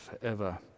forever